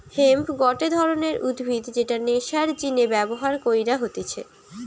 hemp গটে ধরণের উদ্ভিদ যেটা নেশার জিনে ব্যবহার কইরা হতিছে